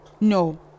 No